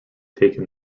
taken